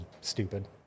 stupid